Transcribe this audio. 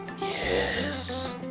Yes